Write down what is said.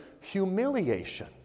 humiliation